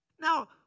Now